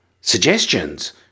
suggestions